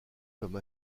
comme